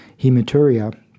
hematuria